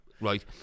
Right